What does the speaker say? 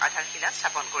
আধাৰশিলা স্থাপন কৰিব